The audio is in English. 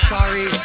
sorry